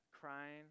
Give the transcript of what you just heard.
crying